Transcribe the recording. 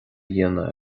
dhéanamh